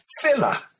filler